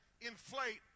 inflate